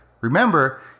Remember